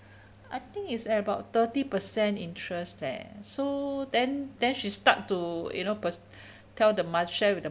I think it's about thirty percent interest leh so then then she start to you know per~ tell the m~ share with the